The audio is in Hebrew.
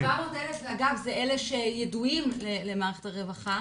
ה-400,000 הם אלה שידועים למערכת הרווחה.